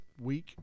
week